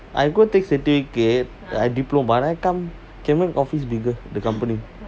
I go take certificate I diploma I come office bigger the company